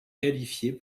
qualifiés